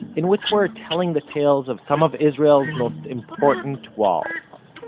in which we're telling the tales of some of israel's most important walls.